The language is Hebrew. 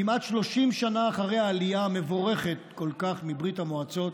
כמעט 30 שנה אחרי העלייה המבורכת כל כך מברית המועצות,